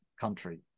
country